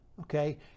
okay